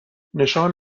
نشان